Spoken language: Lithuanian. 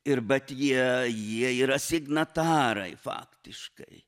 ir bet jie jie yra signatarai faktiškai